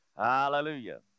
Hallelujah